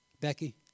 Becky